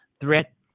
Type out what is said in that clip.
threat